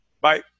Bye